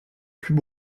plus